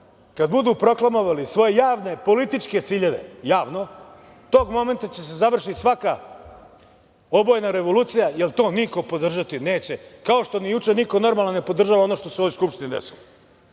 kad budu proklamovali svoje javne političke ciljeve javno, tog momenta će da se završi svaka obojena revolucija, jer to niko podržati neće, kao što ni juče niko normalan ne podržava ono što se u ovoj Skupštini desilo.